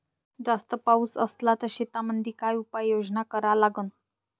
जास्त पाऊस असला त शेतीमंदी काय उपाययोजना करा लागन?